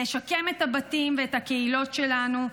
נשקם את הבתים ואת הקהילות שלנו,